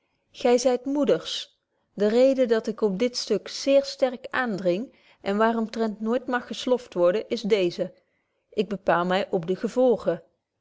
gy zyt moeders de reden dat ik op dit stuk zeer sterk aandring en waaromtrent nooit mag gesloft worden is deeze ik bepaal my op de gevolgen